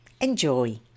Enjoy